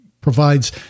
provides